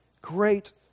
Great